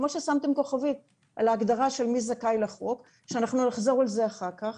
כמו ששמתם כוכבית על ההגדרה של מי זכאי לחוק שנחזור אליה אחר כך,